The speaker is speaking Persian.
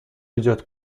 ایجاد